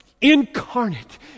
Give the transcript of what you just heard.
incarnate